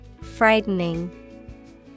Frightening